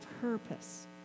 purpose